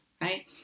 right